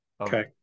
Okay